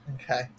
Okay